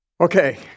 Okay